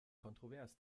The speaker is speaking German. kontrovers